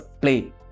play